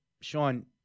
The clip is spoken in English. Sean